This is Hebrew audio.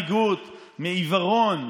בן אדם מסוכן.